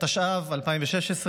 התשע"ו 2016,